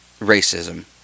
racism